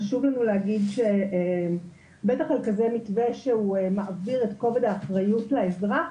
חשוב לנו להגיד בטח על כזה מתווה שהוא מעביר את כובד האחריות לאזרח,